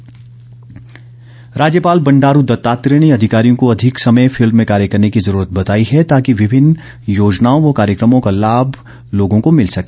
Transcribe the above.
राज्यपाल राज्यपाल बंडारू दत्तात्रेय ने अधिकारियों को अधिक समय फिल्ड में कार्य करने की जरूरत बताई है ताकि विभिन्न योजनाओं व कार्यक्रमों का लोगों को लाम मिल सके